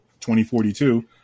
2042